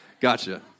Gotcha